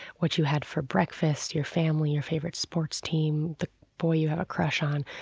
what you had for breakfast your family, your favorite sports team, the boy you have a crush on,